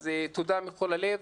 אז תודה מכל הלב.